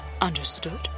Understood